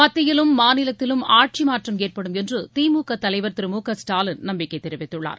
மத்தியிலும் மாநிலத்திலும் ஆட்சி மாற்றம் ஏற்படும் என்று திமுக தலைவர் திரு மு க ஸ்டாலின் நம்பிக்கை தெரிவித்துள்ளார்